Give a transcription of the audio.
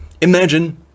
imagine